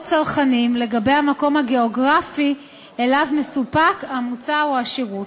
צרכנים לגבי המקום הגיאוגרפי שאליו מסופק המוצר או השירות.